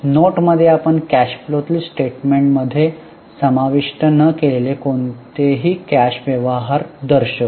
note मध्ये आपण cash फ्लोतील स्टेटमेंटमध्ये समाविष्ट न केलेले कोणतेही कॅश व्यवहार दर्शवू